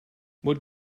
what